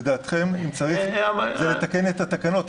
לתקן את התקנות.